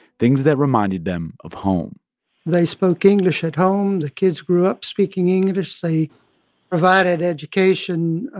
things that reminded them of home they spoke english at home. the kids grew up speaking english. they provided education